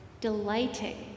Delighting